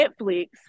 Netflix